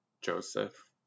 Joseph